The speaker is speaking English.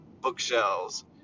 bookshelves